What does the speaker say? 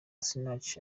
sinach